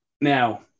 Now